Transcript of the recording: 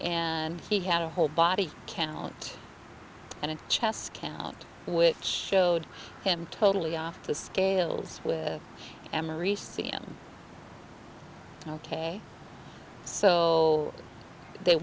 and he had a whole body count and chest count which showed him totally off the scales with emory c and ok so they